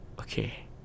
Okay